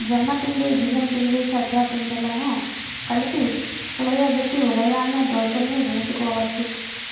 జొన్న పిండి, బియ్యం పిండి, సజ్జ పిండిలను కలిపి పులియబెట్టి ఉదయాన్నే దోశల్ని వేసుకోవచ్చు